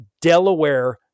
Delaware